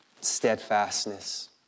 steadfastness